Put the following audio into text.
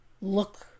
look